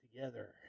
together